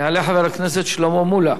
יעלה חבר הכנסת שלמה מולה,